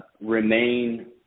remain